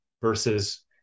versus